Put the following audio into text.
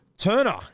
Turner